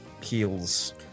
heals